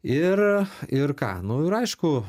ir ir k nu ir aišku